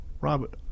Robert